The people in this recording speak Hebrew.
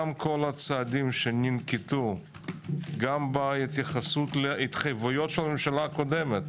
גם כל הצעדים שננקטו גם בהתייחסות התחייבויות של הממשלה הקודמת.